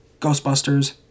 Ghostbusters